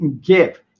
give